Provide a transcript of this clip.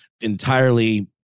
entirely